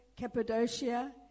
Cappadocia